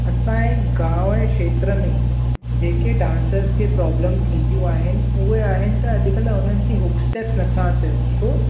असांजे गांव ऐं खेत्र में जेके डांसर्स खे प्राब्लम्स थींदियूं आहिनि उहे आहिनि त अॾकल्ह उन्हनि खे हुक स्टैप्स नथा अचनि छो